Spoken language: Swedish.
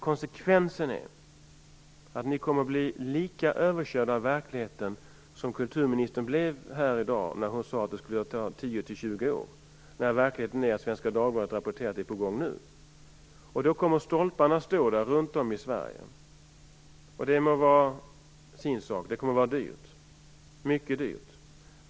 Konsekvensen är att ni kommer att bli lika överkörda av verkligheten som kulturministern blev när hon i dag sade att det kommer att ta 10 20 år. Verkligheten är, som Svenska Dagbladet rapporterar, att det är på gång nu. Stolparna kommer att stå runt om i Sverige. Det må vara sin sak. Det kommer att vara dyrt.